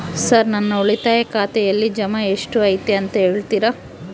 Sir ನನ್ನ ಉಳಿತಾಯ ಖಾತೆಯಲ್ಲಿ ಜಮಾ ಎಷ್ಟು ಐತಿ ಅಂತ ಹೇಳ್ತೇರಾ?